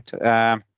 right